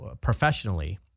professionally